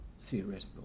theoretical